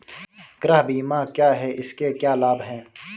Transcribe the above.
गृह बीमा क्या है इसके क्या लाभ हैं?